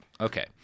Okay